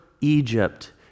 Egypt